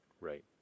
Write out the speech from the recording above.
right